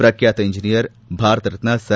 ಪ್ರಖ್ಠಾತ engineer Bharat Ratna sir